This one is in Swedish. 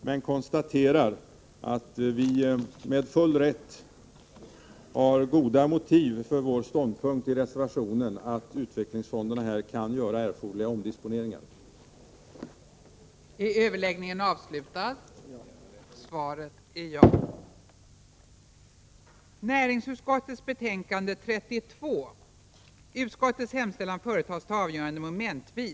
Jag konstaterar också att vi har goda motiv för vår ståndpunkt i reservation 1 att utvecklingsfonderna kan göra de omdisponeringar som är erforderliga i detta sammanhang.